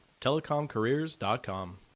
TelecomCareers.com